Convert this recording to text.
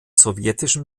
sowjetischen